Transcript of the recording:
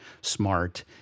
smart